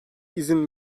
izin